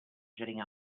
jetting